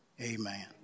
Amen